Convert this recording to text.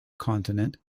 continent